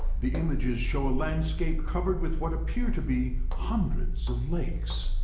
the images show a landscape covered with what appear to be hundreds of lakes.